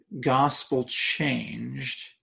gospel-changed